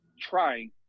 trying